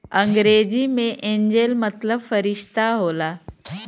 अंग्रेजी मे एंजेल मतलब फ़रिश्ता होला